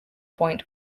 point